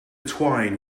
twine